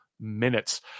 minutes